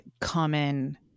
common